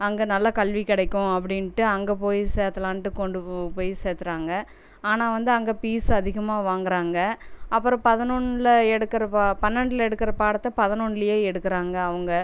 அங்கே நல்லா கல்வி கிடைக்கும் அப்படின்ட்டு அங்கே போய் சேர்த்தலான்ட்டு கொண்டு போய் சேர்த்துறாங்க ஆனால் வந்து அங்கே பீஸ்ஸு அதிகமாக வாங்கிறாங்க அப்புறம் பதினொன்னில் எடுக்கிற பா பன்னெண்டில் எடுக்கிற பாடத்தை பதினொன்லேயே எடுக்கிறாங்க அவங்க